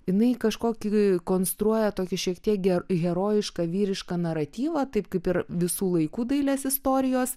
jinai kažkokį konstruoja tokį šiek tiek herojišką vyrišką naratyvą taip kaip ir visų laikų dailės istorijos